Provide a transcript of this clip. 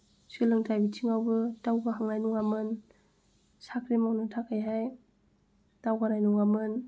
सोलोंथाइ बिथिङावबो दावगानाय नङामोन साख्रि मावनो थाखायहाय दावगानाय नङामोन